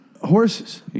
horses